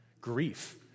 grief